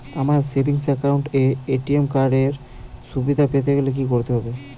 আমার savings account এ ATM card এর সুবিধা পেতে গেলে কি করতে হবে?